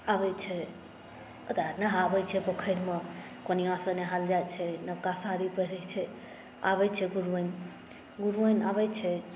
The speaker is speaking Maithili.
आबैत छै ओतय नहाबैत छै पोखरिमे कोनिआँसँ नहायल जाइत छै नवका साड़ी पहिरैत छै आबैत छै गुरुआइन गुरुआइन आबैत छै